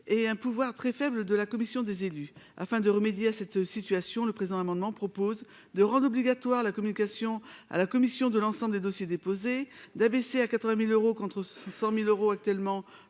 et un pouvoir très faible de la commission des élus afin de remédier à cette situation, le présent amendement propose de rendre obligatoire la communication à la Commission de l'ensemble des dossiers déposés d'abaisser à 80000 euros contre 100000 euros actuellement,